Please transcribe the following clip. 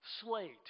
slate